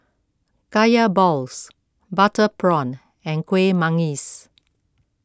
Kaya Balls Butter Prawn and Kueh Manggis